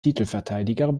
titelverteidiger